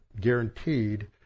guaranteed